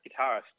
guitarist